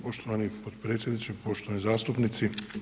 Poštovani potpredsjedniče, poštovani zastupnici.